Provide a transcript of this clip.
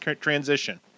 transition